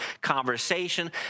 conversation